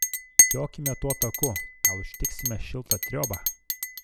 jokime tuo taku gal užtiksime šiltą triobą